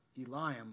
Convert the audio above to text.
Eliam